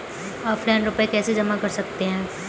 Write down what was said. Offline रुपये कैसे जमा कर सकते हैं?